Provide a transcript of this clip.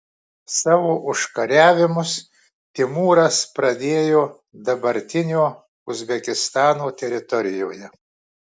savo užkariavimus timūras pradėjo dabartinio uzbekistano teritorijoje